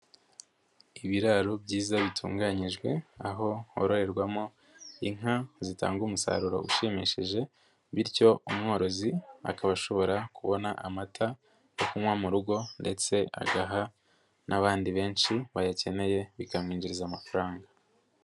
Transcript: Ibiraro byiza bitunganyijwe, aho hororerwamo inka zitanga umusaruro ushimishije, bityo umworozi akaba ashobora kubona amata yo kunywa mu rugo ndetse agaha n'abandi benshi bayakeneye, bikamwinjiriza amafaranga.